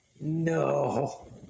no